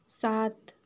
सात